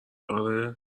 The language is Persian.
آره